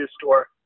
Store